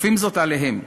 כופים זאת עליהם.